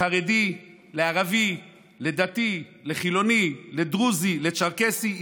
לחרדי, לערבי, לדתי, לחילוני, לדרוזי, לצ'רקסי.